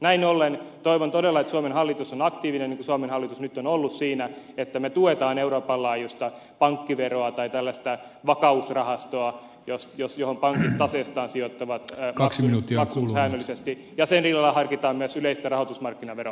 näin ollen toivon todella että suomen hallitus on siinä aktiivinen niin kuin suomen hallitus nyt on ollut että me tuemme euroopan laajuista pankkiveroa tai tällaista vakausrahastoa johon pankit taseestaan sijoittavat maksun säännöllisesti ja sen rinnalla harkitaan myös yleistä rahoitusmarkkinaveroa